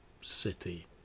city